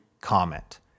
comment